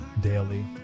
Daily